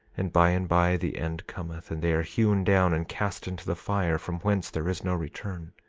and by and by the end cometh, and they are hewn down and cast into the fire, from whence there is no return.